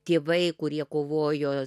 tėvai kurie kovojo